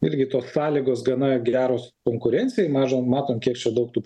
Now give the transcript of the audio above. irgi tos sąlygos gana geros konkurencija maža matom kiek daug tų